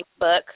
Facebook